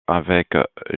avec